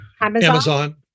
Amazon